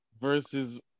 versus